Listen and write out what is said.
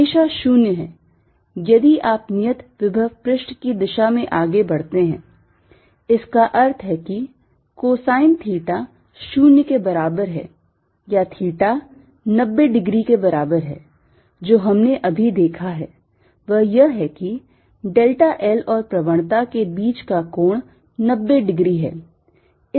हमेशा 0 है यदि आप नियत विभव पृष्ठ की दिशा में आगे बढ़ते हैं इसका अर्थ है कि cosine theta 0 के बराबर है या theta 90 डिग्री के बराबर है जो हमने अभी देखा है वह यह है कि delta l और प्रवणता के बीच का कोण 90 डिग्री है